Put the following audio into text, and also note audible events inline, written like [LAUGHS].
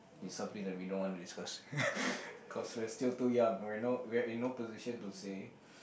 is something that we don't want to discuss [LAUGHS] cause we're still too young we're no we're in no position to say